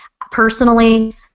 Personally